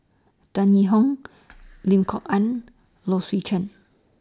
Tan Yee Hong Lim Kok Ann Low Swee Chen